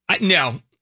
no